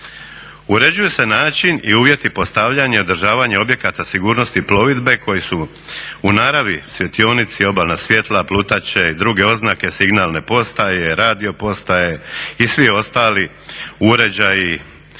Uređuje se način i uvjeti postavljanja i održavanja objekata sigurnosti plovidbe koji su u naravi svjetionici, obalna svjetla, plutače i druge oznake, signalne postaje, radiopostaje i svi ostali uređaji